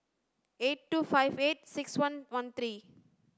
eight two five eight six one one three